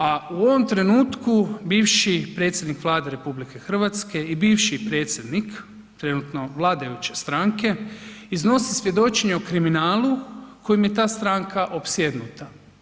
A u ovom trenutku bivši predsjednik Vlade RH i bivši predsjednik trenutno vladajuće stranke iznosi svjedočenje o kriminalu kojim je ta stranka opsjednuta.